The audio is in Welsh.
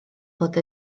fod